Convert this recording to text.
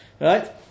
Right